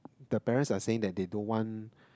the parents are saying that they don't want